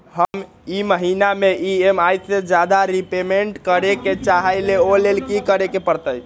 हम ई महिना में ई.एम.आई से ज्यादा रीपेमेंट करे के चाहईले ओ लेल की करे के परतई?